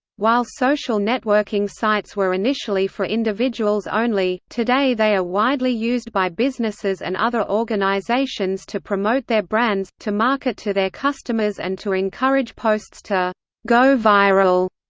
while social networking sites were initially for individuals only, today they are widely used by businesses and other organizations to promote their brands, to market to their customers and to encourage posts to go viral.